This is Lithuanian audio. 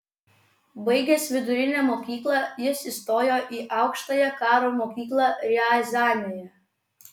baigęs vidurinę mokyklą jis įstojo į aukštąją karo mokyklą riazanėje